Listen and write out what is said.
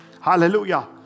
hallelujah